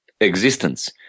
existence